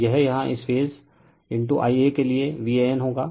तो यह यहाँ इस फेज Ia के लिए VAN होगा